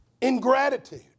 ingratitude